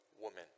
woman